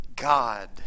God